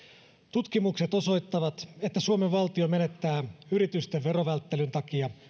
tutkimukset osoittavat että suomen valtio menettää yritysten verovälttelyn takia